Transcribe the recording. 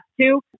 two